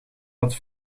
dat